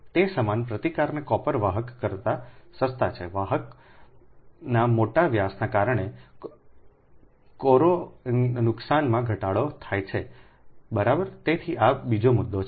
તે સમાન પ્રતિકારના કોપર વાહક કરતા સસ્તી છે વાહકના મોટા વ્યાસને કારણે કોરોના નુકસાનમાં ઘટાડો થાય છે બરાબર તેથી આ બીજો મુદ્દો છે